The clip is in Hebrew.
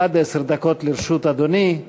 עד עשר דקות לרשות אדוני.